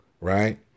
right